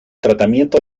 tratamiento